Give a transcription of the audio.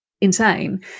insane